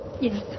Yes